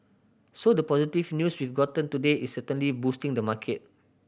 so the positive news we've gotten today is certainly boosting the market